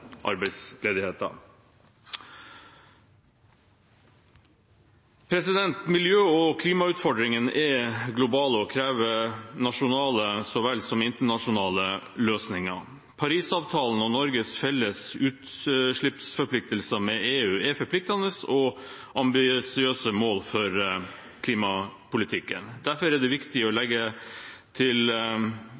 arbeidsledigheten. Miljø- og klimautfordringene er globale og krever nasjonale så vel som internasjonale løsninger. Paris-avtalen og Norges felles utslippsforpliktelser med EU er forpliktende og ambisiøse mål for klimapolitikken. Derfor er det viktig å legge til